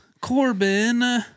Corbin